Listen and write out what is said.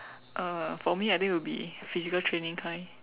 uh for me I think will be physical training kind